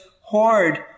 hoard